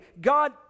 God